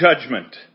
judgment